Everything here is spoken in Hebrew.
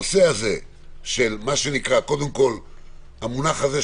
המונח הזה של בדיקה